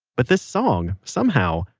but this song, somehow,